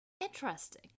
Interesting